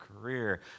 career